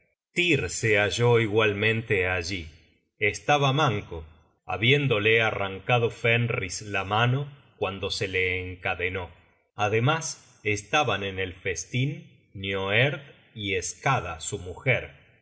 halló igualmente allí estaba manco habiéndole arrancado fenris la mano cuando se le encadenó ademas estaban en el festin nioerd y skada su mujer